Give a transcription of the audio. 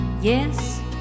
Yes